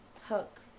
hook